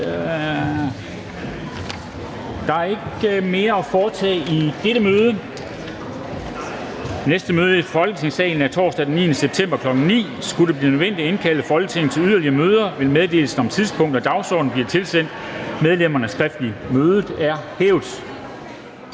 Der er ikke mere at foretage i dette møde. Det næste møde i Folketingssalen er torsdag den 9. september 2021, kl. 9.00. Skulle det blive nødvendigt at indkalde Folketinget til yderligere møder, vil meddelelse om tidspunkt og dagsorden blive tilsendt medlemmerne skriftligt. Mødet er hævet.